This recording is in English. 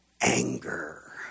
anger